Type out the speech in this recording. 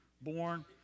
born